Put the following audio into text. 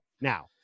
now